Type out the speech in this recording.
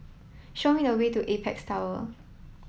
show me the way to Apex Tower